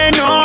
no